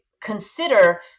consider